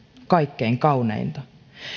kaikkein kauneinta